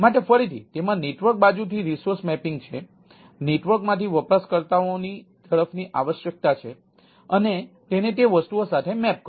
માટે ફરીથી તેમાં નેટવર્ક બાજુથી રિસોર્સ મેપિંગ કરો